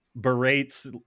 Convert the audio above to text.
berates